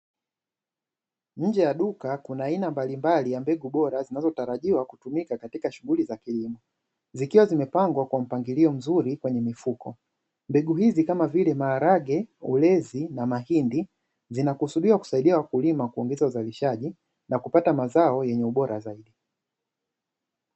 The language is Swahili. Nje ya duka kuna aina mbalimbali z=ya mbegu bora zinazotarajiwa kutumika katika shughuli za kilimo, zikiwa zimepangwa kwa mpangilio mzuri kwenye mfuko. Mbegu hizi kama vile: maharage, ulezi na mahindi; zinakusudiwa kusaidia wakulima kuongeza uzalishaji na kupata mazao yenye ubora zaidi.